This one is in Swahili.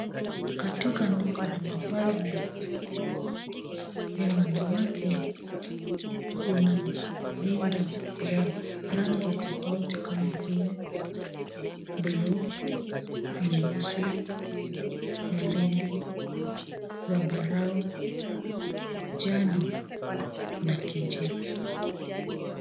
Katika duka la mavazi ya wanawake kuna rinda za rangi tofauti kama vile buluu, nyeusi, waridi, zambarau, njano na kijivu.